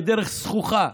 בדרך זחוחה,